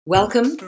Welcome